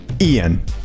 Ian